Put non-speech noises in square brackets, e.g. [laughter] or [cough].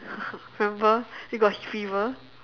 [laughs] remember you got fever